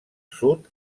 sud